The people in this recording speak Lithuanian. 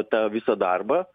tą visą darbą